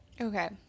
Okay